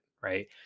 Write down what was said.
Right